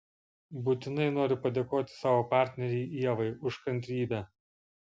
būtinai noriu padėkoti savo partnerei ievai už kantrybę